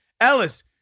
Ellis